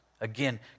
Again